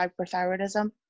hyperthyroidism